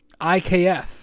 IKF